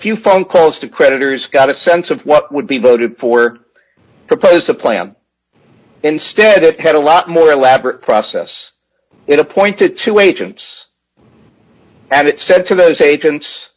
few phone calls to creditors got a sense of what would be voted for or propose a plan instead it had a lot more elaborate process it appointed two agents and it said to those agents